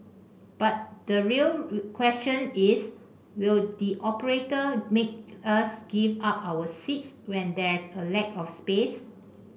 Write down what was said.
but the real question is will the operator make us give up our seats when there's a lack of space